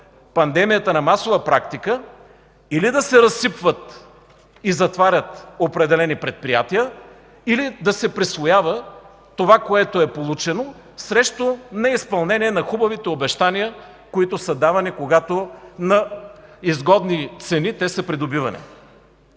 пандемията на масова практика – или да се разсипват и затварят определени предприятия, или да се присвоява това, което е получено, срещу неизпълнение на хубавите обещания, които са давани, когато на изгодни цени те са придобивани.